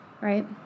right